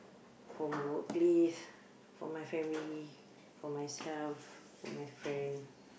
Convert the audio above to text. for my workplace for my family for myself for my friend